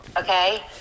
okay